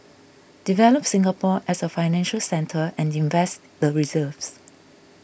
develop Singapore as a financial centre and invest the reserves